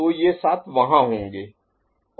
तो ये सात वहाँ होंगे